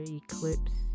eclipse